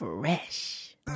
Fresh